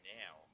now